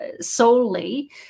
solely